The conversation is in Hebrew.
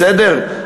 בסדר?